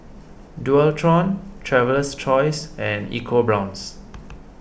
Dualtron Traveler's Choice and Eco Brown's